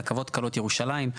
רכבות קלות ירושלים.